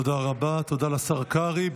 תודה רבה, תודה לשר קרעי.